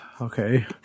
Okay